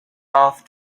off